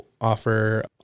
offer